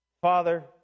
Father